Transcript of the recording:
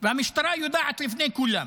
והמשטרה יודעת לפני כולם,